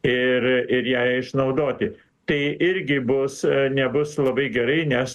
ir ir ją išnaudoti tai irgi bus nebus labai gerai nes